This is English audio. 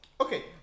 Okay